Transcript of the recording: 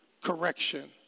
correction